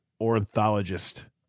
ornithologist